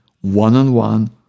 one-on-one